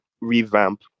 revamp